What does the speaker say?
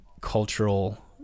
cultural